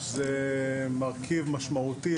זה מרכיב משמעותי,